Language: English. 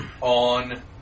on